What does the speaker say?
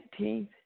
19th